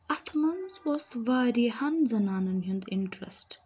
اَتھ منٛز اوس وارِیاہَن زَنانَن ہُنٛد اِنٹرَسٹ